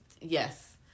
Yes